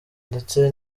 ndetse